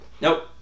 nope